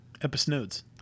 Episodes